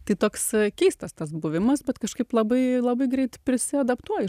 tai toks keistas tas buvimas bet kažkaip labai labai greit prisiadaptuoji